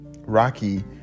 Rocky